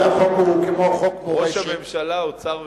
ראש הממשלה, האוצר והמשפטים.